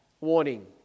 warning